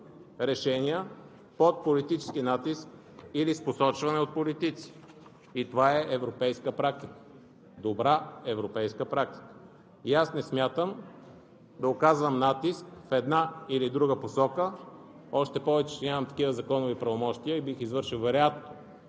решения под политически натиск или с посочване от политици. Това е европейска практика, добра европейска практика. Аз не смятам да оказвам натиск в една или друга посока, още повече че нямам такива законови правомощия и бих извършил вероятно